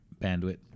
bandwidth